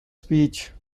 speech